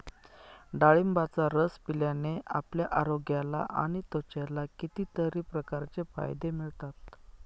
डाळिंबाचा रस पिल्याने आपल्या आरोग्याला आणि त्वचेला कितीतरी प्रकारचे फायदे मिळतात